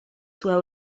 sua